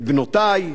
את בנותי,